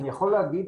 אני יכול להגיד